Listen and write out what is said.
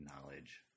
knowledge